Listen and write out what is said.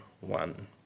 one